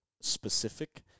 specific